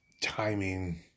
timing